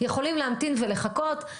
יכולים להמתין ולחכות,